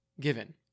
given